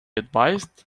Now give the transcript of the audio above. advised